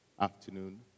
afternoon